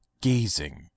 gazing